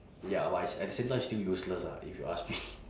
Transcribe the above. ya but it's at the same time still useless ah if you ask me